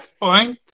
point